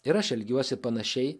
ir aš elgiuosi panašiai